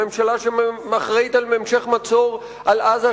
הממשלה שאחראית להמשך המצור על עזה,